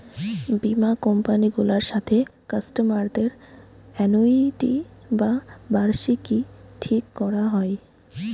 বীমা কোম্পানি গুলার সাথে কাস্টমারদের অ্যানুইটি বা বার্ষিকী ঠিক কোরা হয়